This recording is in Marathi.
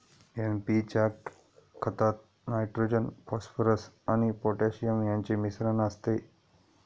एन.पी च्या खतात नायट्रोजन, फॉस्फरस आणि पोटॅशियम यांचे मिश्रण असते